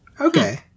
Okay